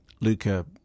Luca